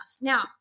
Now